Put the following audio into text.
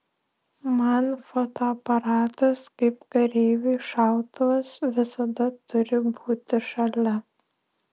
man fotoaparatas kaip kareiviui šautuvas visada turi būti šalia